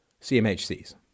CMHCs